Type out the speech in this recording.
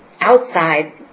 outside